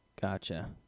Gotcha